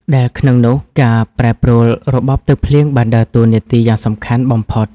ដែលក្នុងនោះការប្រែប្រួលរបបទឹកភ្លៀងបានដើរតួនាទីយ៉ាងសំខាន់បំផុត។